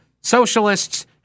socialists